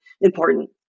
important